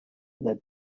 their